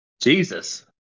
Jesus